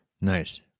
Nice